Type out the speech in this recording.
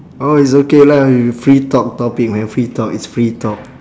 orh it's okay lah y~ free talk topic man free talk it's free talk